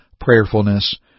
prayerfulness